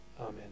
Amen